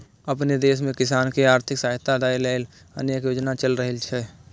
अपना देश मे किसान कें आर्थिक सहायता दै लेल अनेक योजना चलि रहल छै